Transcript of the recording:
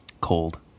cold